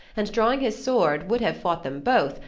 and drawing his sword would have fought them both,